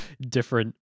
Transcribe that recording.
different